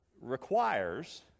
requires